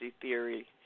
theory